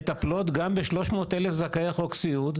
מטפלות גם ב-300,000 זכאי חוק הסיעוד,